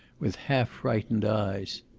with half-frightened eyes.